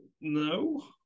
no